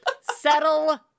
settle